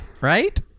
right